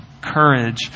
courage